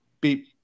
beep